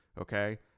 okay